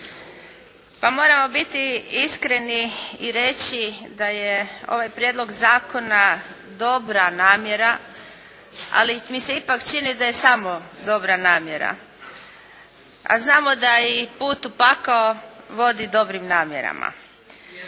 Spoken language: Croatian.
Pa moramo biti iskreni i reći da je ovaj Prijedlog Zakona dobra namjera. Ali mi se ipak čini da je samo dobra namjera. A znamo da i put u pakao vodi dobrim namjerama.